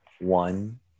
one